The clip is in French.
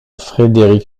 frédéric